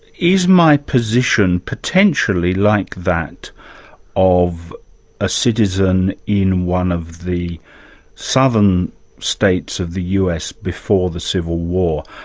is my position potentially like that of a citizen in one of the southern states of the us before the civil war?